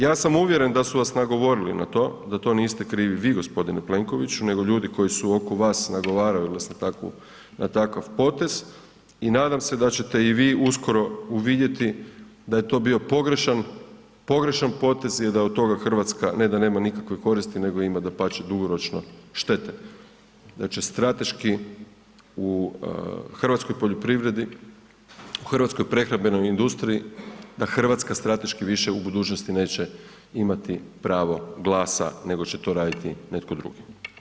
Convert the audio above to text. Ja sam uvjeren da su vas nagovorili na to, da to niste krivi vi g. Plenkoviću, nego ljudi koji su oko vas nagovarali na takav potez i nadam se da ćete i vi uskoro uvidjeti da je to bio pogrešan, pogrešan potez i da od toga RH ne da nema nikakve koristi, nego ima dapače dugoročno štete, da će strateški u hrvatskoj poljoprivredi, u hrvatskoj prehrambenoj industriji, da RH strateški više u budućnosti neće imati pravo glasa, nego će to raditi netko drugi.